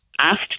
asked